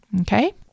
Okay